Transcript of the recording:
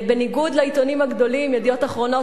בניגוד לעיתונים הגדולים: "ידיעות אחרונות",